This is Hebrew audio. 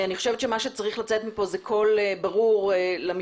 אני חושבת שמה שצריך לצאת מכאן זה קול ברור למשטרה